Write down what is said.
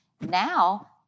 Now